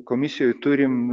komisijoj turim